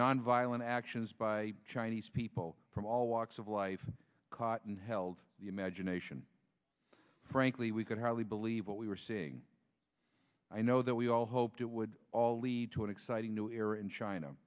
nonviolent actions by chinese people from all walks of life caught and held the imagination frankly we could hardly believe what we were seeing i know that we all hoped it would all lead to an exciting new era in china